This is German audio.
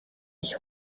ich